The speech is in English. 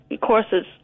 courses